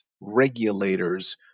regulators